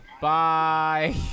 Bye